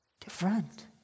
different